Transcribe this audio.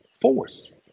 force